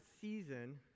season